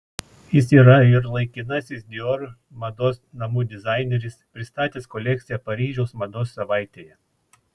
jis yra ir laikinasis dior mados namų dizaineris pristatęs kolekciją paryžiaus mados savaitėje